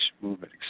movement